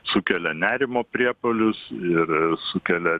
sukelia nerimo priepuolius ir sukelia